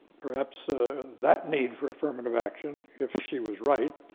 perhaps ah that need for affirmative action, if she was right,